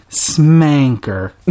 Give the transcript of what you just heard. Smanker